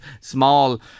small